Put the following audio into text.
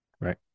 right